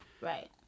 right